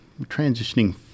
transitioning